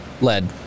Lead